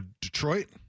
Detroit